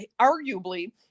arguably